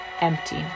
empty